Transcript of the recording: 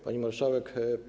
Pani Marszałek!